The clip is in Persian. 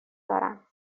دارم